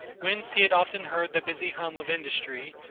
whence he had often heard the busy hum of industry,